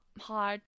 hard